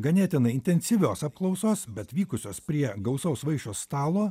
ganėtinai intensyvios apklausos bet vykusios prie gausaus vaišių stalo